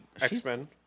X-Men